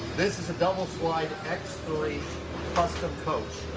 this is a double slide x three custom coach.